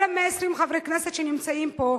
כל 120 חברי הכנסת שנמצאים פה,